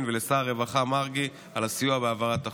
ולשר הרווחה מרגי על הסיוע בהעברת החוק.